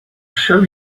show